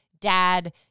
dad